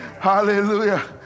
Hallelujah